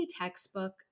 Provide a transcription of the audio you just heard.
textbook